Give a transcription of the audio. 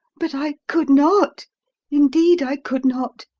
but i could not indeed i could not.